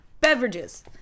beverages